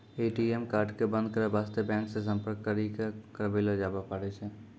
ATM card क बन्द करै बास्ते बैंक से सम्पर्क करी क करबैलो जाबै पारै छै